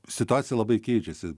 situacija labai keičiasi